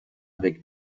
avec